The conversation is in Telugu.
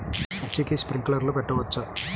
మిర్చికి స్ప్రింక్లర్లు పెట్టవచ్చా?